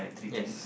yes